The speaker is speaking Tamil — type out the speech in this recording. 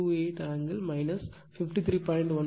28 ஆங்கிள் 53